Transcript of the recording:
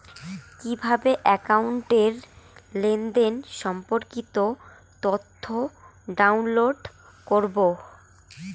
কিভাবে একাউন্টের লেনদেন সম্পর্কিত তথ্য ডাউনলোড করবো?